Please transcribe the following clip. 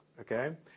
okay